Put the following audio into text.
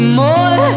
more